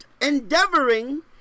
Endeavoring